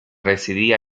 residía